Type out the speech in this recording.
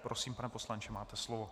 Prosím, pane poslanče, máte slovo.